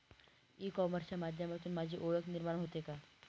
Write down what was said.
E कॉमर्सच्या माध्यमातून माझी ओळख निर्माण होते का?